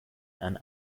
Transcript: and